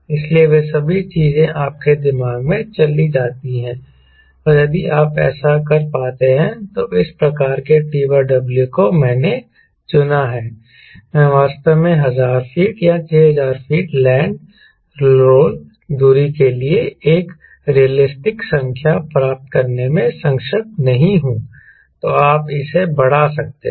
इसलिए वे सभी चीजें आपके दिमाग में चली जाती हैं और यदि आप ऐसा कर पाते हैं तो इस प्रकार के TW को मैंने चुना है मैं वास्तव में 1000 फीट या 6000 फीट लैंड रोल दूरी के लिए एक रियलिस्टिक संख्या प्राप्त करने में सक्षम नहीं हूं तो आप इसे बढ़ा सकते हैं